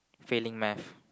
failing Math